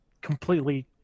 completely